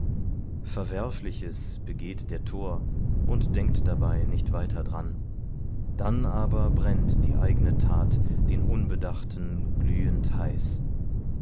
verwerfliches begeht der tor und denkt dabei nicht weiter dran dann aber brennt die eigne tat den unbedachten glühend heiß